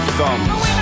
thumbs